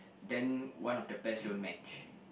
then one of the pairs don't match